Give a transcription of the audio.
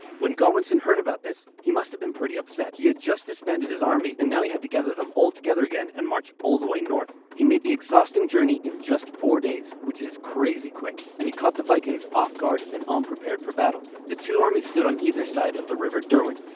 when godwinson heard about this, he must have been pretty upset. he had just disbanded his army and had to gather them all together again, and march all the way north. he made the exhausting journey in just four days, which is crazy quick, and he caught the vikings off-guard and unprepared for battle. the two armies stood on either side of the river derwent.